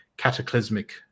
cataclysmic